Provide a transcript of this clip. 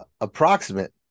approximate